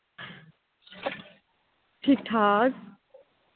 ठीक ठाक